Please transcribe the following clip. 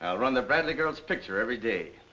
run the bradley girl's picture every day.